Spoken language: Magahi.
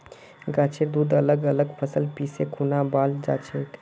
गाछेर दूध अलग अलग फसल पीसे खुना बनाल जाछेक